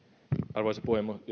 arvoisa